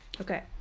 okay